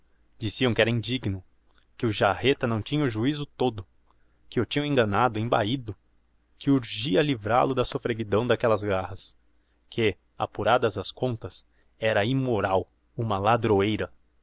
diziam que era indigno que o jarreta não tinha o juizo todo que o tinham enganado embaído que urgia livrál o da soffreguidão d'aquellas garras que apuradas as contas era immoral uma ladroeira